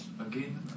again